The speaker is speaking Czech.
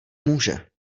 může